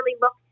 look